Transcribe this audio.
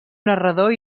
narrador